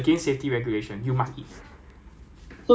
the food actually per pax very expensive one but the food looks very cheap